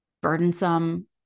burdensome